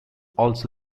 also